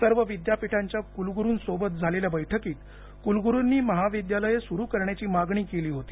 सर्व विद्यापीठांच्या कुलगुरुंसोबत झालेल्या बैठकीत कुलगुरूनी महाविद्यालय सुरु करण्याची मागणी केली होती